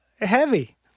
heavy